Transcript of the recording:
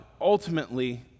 ultimately